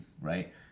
right